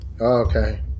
Okay